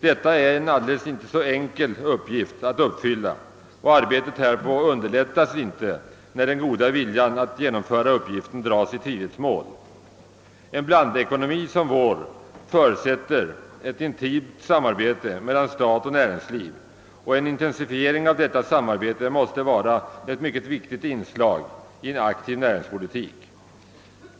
Detta är inte en alldeles så enkel uppgift att fylla och arbetet härpå underlättas inte när den goda viljan att genomföra uppgiften dras i tvivelsmål. En blandekonomi som vår förutsätter ett intimt samarbete mellan stat och näringsliv, och en intensifiering av detta samarbete måste vara ett mycket viktigt inslag i en aktiv näringspolitik.